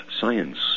science